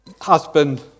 husband